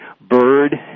bird